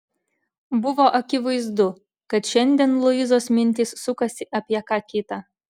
buvo akivaizdu kad šiandien luizos mintys sukasi apie ką kita